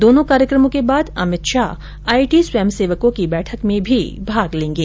दोनों कार्यक्रमों के बाद अमित शाह आई टी स्वयं सेवकों की बैठक में भी भाग लेंगे